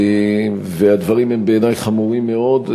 בעיני הדברים חמורים מאוד,